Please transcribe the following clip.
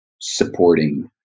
supporting